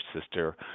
sister